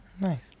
Nice